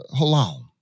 Halal